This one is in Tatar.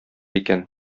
икән